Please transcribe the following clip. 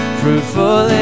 fruitful